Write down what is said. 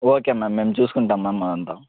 okay ma'am మేము చూసుకుంటాం ma'am అదంతా